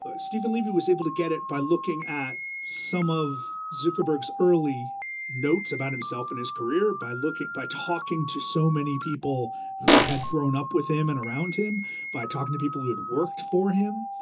ah stephen leeb, he was able to get it by looking at some of zukerberg early notes about himself in his career by looking by talking to so many people who had grown up with him and around him by talking to people who had worked for him.